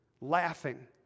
laughing